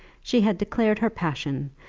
she had declared her passion,